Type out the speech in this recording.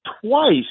twice